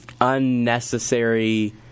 unnecessary